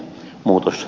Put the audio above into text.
muutos